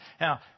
Now